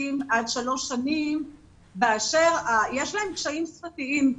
עד שלוש שנים ויש להם קשיים שפתיים.